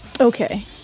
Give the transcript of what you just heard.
Okay